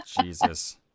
Jesus